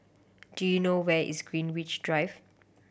do you know where is Greenwich Drive